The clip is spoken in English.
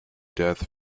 death